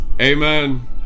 Amen